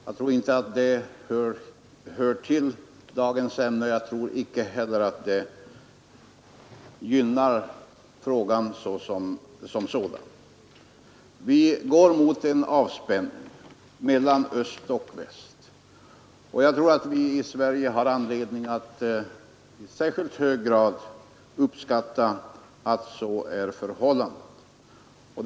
Jag tror inte att det hör till dagens ämne, och jag tror icke heller att det gynnar frågan som sådan. Vi går mot en avspänning mellan öst och väst, och jag anser att vi i Sverige har anledning att i särskilt hög grad uppskatta att så är förhållandet.